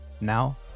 now